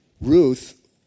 Ruth